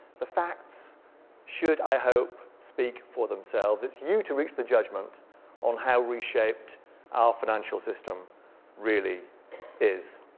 the facts should i hope speak for themselves. it's you to reach the judgment on how reshaped our financial system really is.